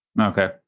Okay